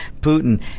Putin